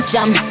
Jump